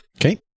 Okay